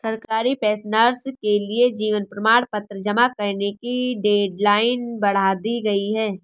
सरकारी पेंशनर्स के लिए जीवन प्रमाण पत्र जमा करने की डेडलाइन बढ़ा दी गई है